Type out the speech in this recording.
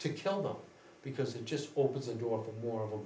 to kill them because it just opens the door for more of a